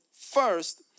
first